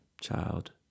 child